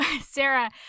Sarah